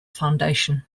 foundation